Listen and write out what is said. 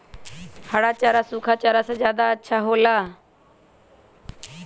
हरा चारा सूखा चारा से का ज्यादा अच्छा हो ला?